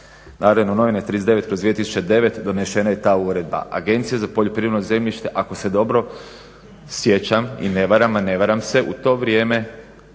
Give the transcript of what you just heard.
ovog zakona", NN 39/2009 donešena je ta uredba. Agencija za poljoprivredno zemljište ako se dobro sjećam i ne varam, a ne varam se u to vrijeme